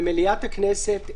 ומליאת הכנסת,